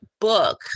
book